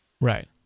Right